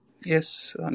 Yes